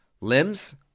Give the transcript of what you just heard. Limbs